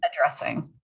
addressing